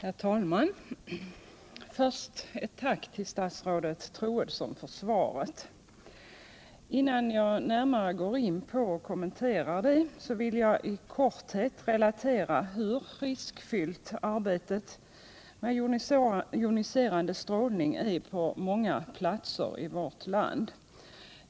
Herr talman! Först ett tack till statsrådet Troedsson för svaret. Innan jag närmare går in på och kommenterar det, vill jag i korthet relatera hur riskfyllt arbetet med joniserande strålning är på många platser i vårt land.